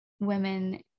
women